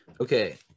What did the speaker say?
Okay